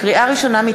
לקריאה ראשונה,